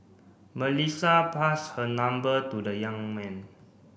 Melissa passed her number to the young man